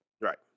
Right